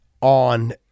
on